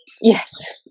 Yes